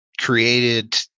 created